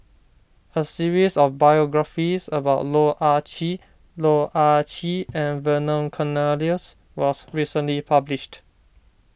a series of biographies about Loh Ah Chee Loh Ah Chee and Vernon Cornelius was recently published